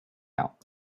out